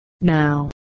Now